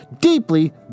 Deeply